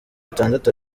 atandatu